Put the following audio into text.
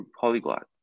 polyglot